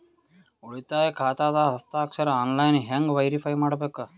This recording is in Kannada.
ಉಳಿತಾಯ ಖಾತಾದ ಹಸ್ತಾಕ್ಷರ ಆನ್ಲೈನ್ ಹೆಂಗ್ ವೇರಿಫೈ ಮಾಡಬೇಕು?